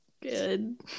good